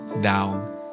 down